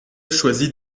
choisit